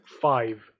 Five